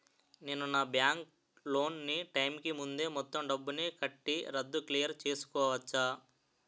నేను నా bank loan నీ టైం కీ ముందే మొత్తం డబ్బుని కట్టి రద్దు క్లియర్ చేసుకోవచ్చా?